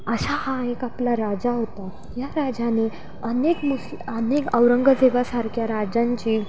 अशा हा एक आपला राजा होता या राजाने अनेक मुस अनेक औरंगजेवासारख्या राजांची